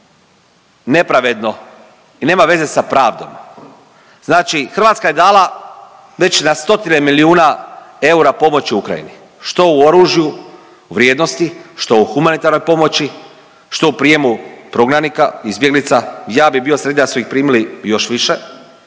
nepravedno i nema veze sa pravdom. Znači Hrvatska je dala već na stotine milijuna eura pomoći Ukrajini, što u oružju, u vrijednosti, što u humanitarnoj pomoći, što u prijemu prognanika, izbjeglica, i ja bih bio sretniji da su ih primili još više,